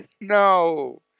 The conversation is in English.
No